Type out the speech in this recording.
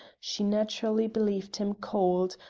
she naturally believed him cold,